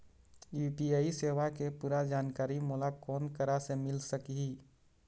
UPI सेवा के पूरा जानकारी मोला कोन करा से मिल सकही?